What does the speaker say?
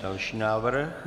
Další návrh.